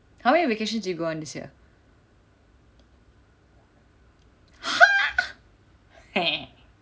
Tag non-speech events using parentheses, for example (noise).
how many vacations did you go on this year (noise)